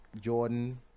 Jordan